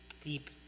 deep